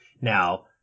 Now